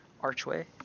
archway